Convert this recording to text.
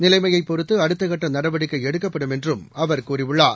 நிலைமையைபொறுத்துஅடுத்தக்கட்டநடவடிக்கைஎடுக்கப்படும் என்றும் அவர் கூறியுள்ளார்